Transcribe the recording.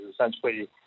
essentially